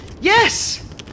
yes